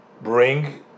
bring